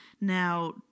Now